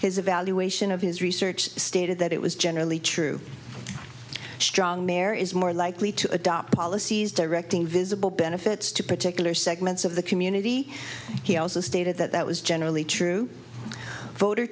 his evaluation of his research stated that it was generally true strong mare is more likely to adopt policies directing visible benefits to particular segments of the community he also stated that that was generally true voter